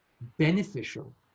beneficial